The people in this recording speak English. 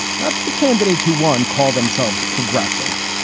it's not the candidates who one call themselves progressive.